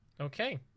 Okay